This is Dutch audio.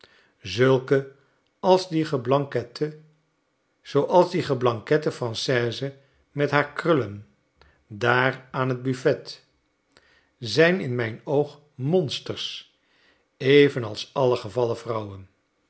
zulke als die geblankette française met haar krullen daar aan het buffet zijn in mijn oog monsters even als alle gevallen vrouwen